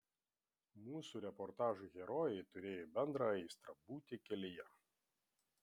mūsų reportažų herojai turėjo bendrą aistrą būti kelyje